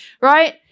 Right